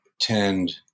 tend